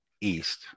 east